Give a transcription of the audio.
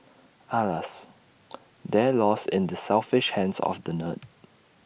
alas they're lost in the selfish hands of the nerd